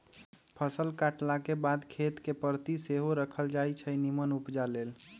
फसल काटलाके बाद खेत कें परति सेहो राखल जाई छै निम्मन उपजा लेल